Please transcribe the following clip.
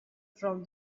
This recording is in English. from